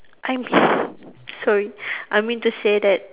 I'm sorry I mean to say that